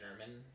German